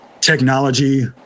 technology